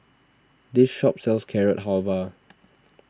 this shop sells Carrot Halwa